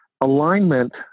Alignment